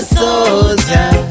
soldier